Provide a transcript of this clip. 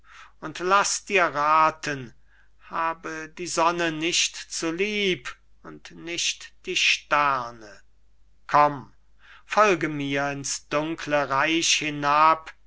und laß dir rathen habe die sonne nicht zu lieb und nicht die sterne komm folge mir in's dunkle reich hinab